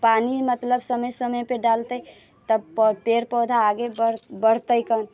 पानि मतलब समय समयपेर डालतै तब पौ पेड़ पौधा आगे बढ़ बढ़तै कऽ